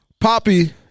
Poppy